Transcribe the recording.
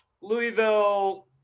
Louisville